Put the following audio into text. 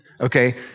Okay